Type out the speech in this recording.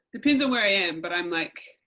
depends on where i am, but i'm like,